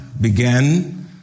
began